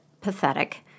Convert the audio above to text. pathetic